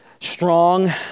strong